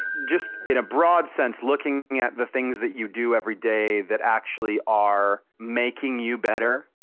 just in a broad sense looking at the things that you do every day that actually are making you better,